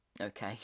Okay